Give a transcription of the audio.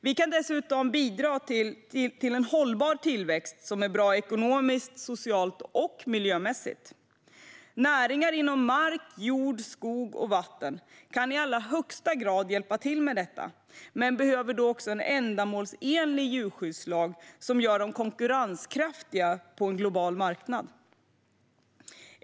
Vi kan dessutom bidra till en hållbar tillväxt som är bra ekonomiskt, socialt och miljömässigt. Näringar inom mark, jord, skog och vatten kan i allra högsta grad hjälpa till med detta men behöver också en ändamålsenlig djurskyddslag som gör dem konkurrenskraftiga på en global marknad.